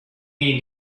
eat